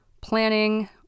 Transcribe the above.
planning